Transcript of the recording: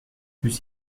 plus